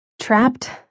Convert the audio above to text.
trapped